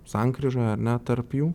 sankryžoje ar ne tarp jų